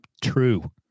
true